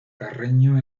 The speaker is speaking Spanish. carreño